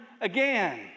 again